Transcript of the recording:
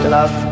Love